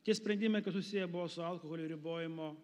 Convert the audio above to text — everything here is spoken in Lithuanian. tie sprendimai kas susiję buvo su alkoholio ribojimo